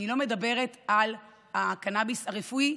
אני לא מדברת על הקנביס הרפואי,